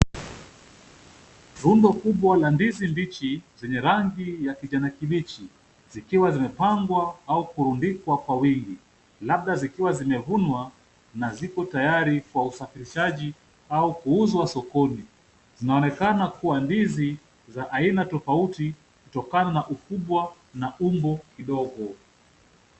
Rundo kubwa la ndizi mbichi zenye rangi ya kijani kibichi, zikiwa zimepangwa au kurundikwa kwa wingi, labda zimevunwa naziko tayari kwa usafirishaji na kuuzwa sokoni. Zinaonekana kuwa ndizi za aina tofauti kutokana na ukubwa na umbo kidogo.